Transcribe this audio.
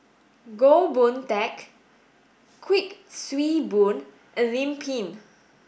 Goh Boon Teck Kuik Swee Boon and Lim Pin